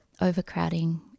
overcrowding